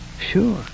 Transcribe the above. Sure